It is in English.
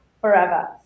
forever